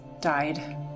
died